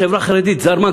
החברה החרדית זרמה,